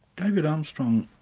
david armstrong,